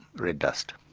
red dust.